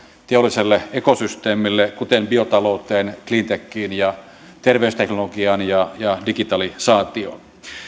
teolliselle ekosysteemille kuten biotalouteen cleantechiin terveysteknologiaan ja ja digitalisaatioon